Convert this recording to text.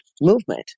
movement